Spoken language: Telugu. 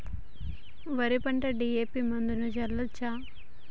వరి పంట డి.ఎ.పి మందును చల్లచ్చా?